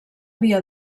via